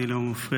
אני לא מפריע,